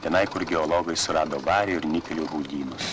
tenai kur geologai surado varį ir nikelio rūdynus